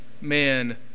man